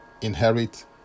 inherit